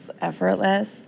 effortless